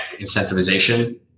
incentivization